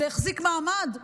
זה החזיק מעמד יומיים.